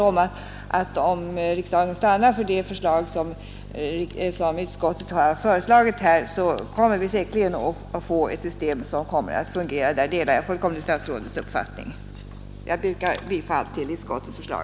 Om riksdagen stannar för det förslag som utskottet här har framlagt så kommer vi säkerligen att få ett system som fungerar. Därvidlag delar jag helt statsrådets uppfattning. Jag yrkar alltså bifall till utskottets förslag.